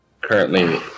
currently